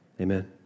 Amen